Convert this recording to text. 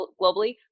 globally